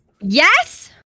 Yes